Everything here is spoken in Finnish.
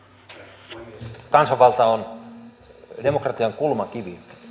kansanvalta on demokratian kulmakivi